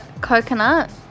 coconut